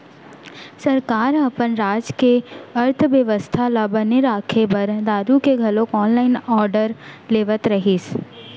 सरकार ह अपन राज के अर्थबेवस्था ल बने राखे बर दारु के घलोक ऑनलाइन आरडर लेवत रहिस